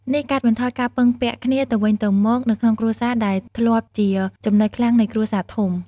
នេះកាត់បន្ថយការពឹងពាក់គ្នាទៅវិញទៅមកនៅក្នុងគ្រួសារ ដែលធ្លាប់ជាចំណុចខ្លាំងនៃគ្រួសារធំ។